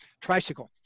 tricycle